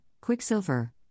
Quicksilver